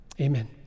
Amen